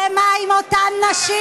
ומה עם אותן נשים?